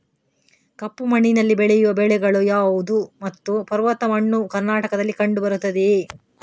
ಕಪ್ಪು ಮಣ್ಣಿನಲ್ಲಿ ಬೆಳೆಯುವ ಬೆಳೆಗಳು ಯಾವುದು ಮತ್ತು ಪರ್ವತ ಮಣ್ಣು ಕರ್ನಾಟಕದಲ್ಲಿ ಕಂಡುಬರುತ್ತದೆಯೇ?